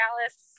Alice